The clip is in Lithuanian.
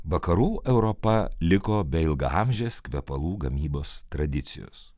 vakarų europa liko be ilgaamžės kvepalų gamybos tradicijos